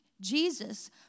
Jesus